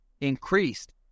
increased